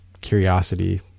curiosity